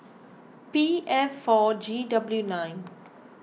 P F four G W nine